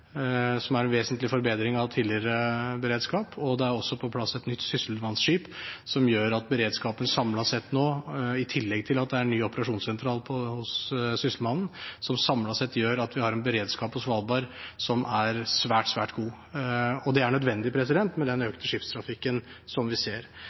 som er en vesentlig forbedring av tidligere beredskap. Det er også på plass et nytt sysselmannsskip, i tillegg til at det er en ny operasjonssentral hos Sysselmannen, som samlet sett gjør at vi har en beredskap på Svalbard som er svært, svært god. Det er nødvendig med den økte skipstrafikken som vi ser.